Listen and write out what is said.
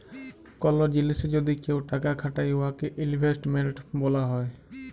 call জিলিসে যদি কেউ টাকা খাটায় উয়াকে ইলভেস্টমেল্ট ব্যলা হ্যয়